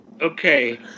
Okay